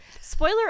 spoiler